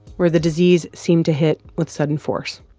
where the disease seemed to hit with sudden force.